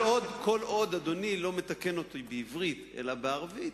כל עוד אדוני לא מתקן אותי בעברית אלא בערבית,